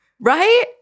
right